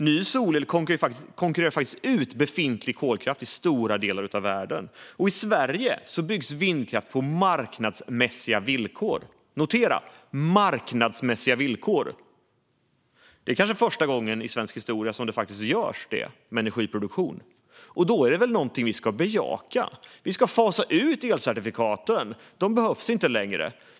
Ny solel konkurrerar faktiskt ut befintlig kolkraft i stora delar av världen, och i Sverige byggs vindkraft på marknadsmässiga villkor. Notera: marknadsmässiga villkor! Det kanske är första gången i svensk historia som detta görs för energiproduktion, och det är väl något som vi ska bejaka. Vi ska fasa ut elcertifikaten. De behövs inte längre.